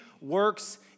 works